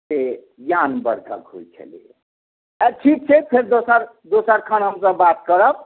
से ज्ञान वर्धक होइ छलै आ ठीक छै फेर दोसर दोसर खान हमसब बात करब